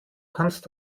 kannst